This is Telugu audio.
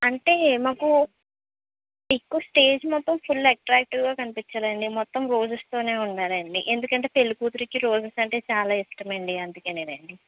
అంటే మాకు ఎక్కువ స్టేజ్ మొత్తం ఫుల్ అట్రాక్టివ్ గా కనిపించాలి అండి మొత్తం రోజెస్ తోనే ఉండాలి అండి ఎందుకు అంటే పెళ్లి కూతురికి రోజెస్ చాలా ఇష్టం అండి అందుకనేనండి